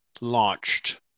launched